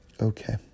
Okay